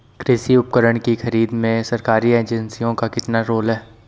कृषि उपकरण की खरीद में सरकारी एजेंसियों का कितना रोल है?